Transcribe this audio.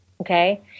okay